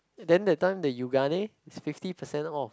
then the time the Yoogane its fifty percent off